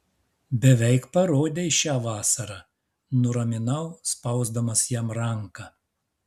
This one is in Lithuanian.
beveik parodei šią vasarą nuraminau spausdamas jam ranką